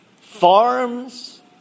farms